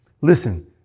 listen